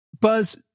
Buzz